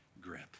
grip